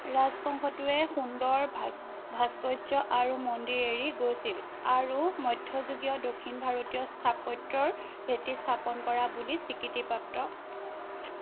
ৰাজবংশটোৱে সুন্দৰ ভা ভাস্কৰ্য আৰু মন্দিৰ এৰি গৈছিল আৰু মধ্যযুগীয় দক্ষিণ ভাৰতীয় স্থাপত্যৰ ভেটি স্থাপন কৰা বুলি স্বীকৃতিপ্ৰাপ্ত